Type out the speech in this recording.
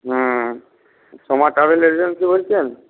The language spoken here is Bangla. হুম সোমা ট্রাভেল এজেন্সি বলছেন